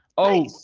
oh,